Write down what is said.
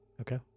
Okay